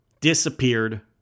Disappeared